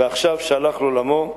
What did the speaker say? ועכשיו, כשהלך לעולמו,